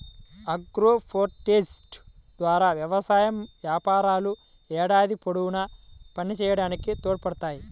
agroforestry ద్వారా వ్యవసాయ వ్యాపారాలు ఏడాది పొడవునా పనిచేయడానికి తోడ్పడతాయి